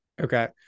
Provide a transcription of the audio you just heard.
Okay